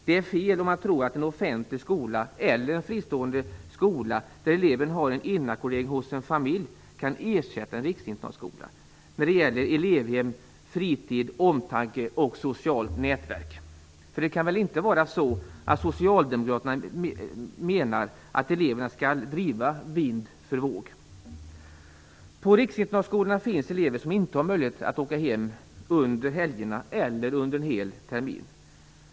Det är fel att tro att en offentlig skola eller en fristående skola där eleven har inackordering hos en familj kan ersätta en riksinternatskola när det gäller elevhem, fritid, omtanke och socialt nätverk - för inte menar väl Socialdemokraterna att eleverna skall driva vind för våg? På riksinternatskolorna finns elever som inte har möjlighet att åka hem under helgerna eller under en hel termin.